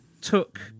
took